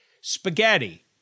Spaghetti